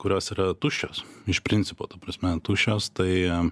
kurios yra tuščios iš principo ta prasme tuščios tai